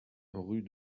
rue